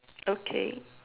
okay